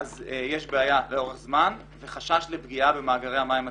יש בעיה לאורך זמן וחשש לפגיעה במאגרי המים הטבעיים.